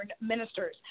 ministers